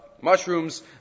mushrooms